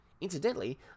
Incidentally